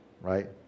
right